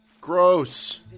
Gross